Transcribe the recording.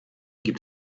gibt